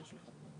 רגע,